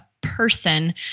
person